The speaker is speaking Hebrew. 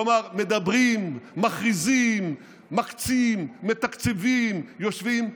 כלומר, מדברים, מכריזים, מקצים, מתקצבים, יושבים.